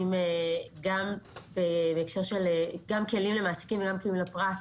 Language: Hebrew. גם בהקשר של כלים למעסיקים וגם כלים לפרט,